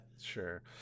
sure